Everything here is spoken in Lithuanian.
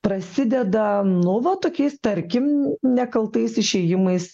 prasideda nu va tokiais tarkim nekaltais išėjimais